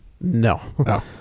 No